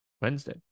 Wednesday